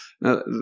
Now